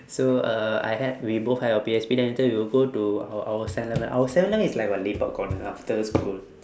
so uh I hide we both hide our P_S_P then later we will go to ou~ our seven eleven our seven eleven is like a lepak corner after school